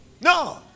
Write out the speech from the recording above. no